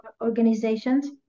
organizations